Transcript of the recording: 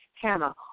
Hannah